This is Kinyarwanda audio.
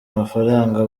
amafaranga